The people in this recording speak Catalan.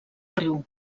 riu